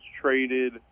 traded